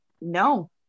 No